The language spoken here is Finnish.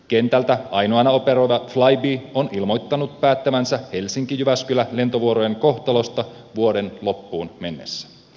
kentältä ainoana operoiva flybe on ilmoittanut päättävänsä helsinkijyväskylä lentovuorojen kohtalosta vuoden loppuun mennessä